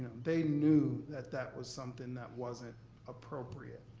they knew that that was something that wasn't appropriate.